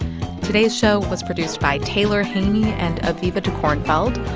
today's show was produced by taylor haney and aviva dekornfeld.